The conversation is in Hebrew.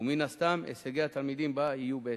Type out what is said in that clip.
ומן הסתם, הישגי התלמידים בה יהיו בהתאם.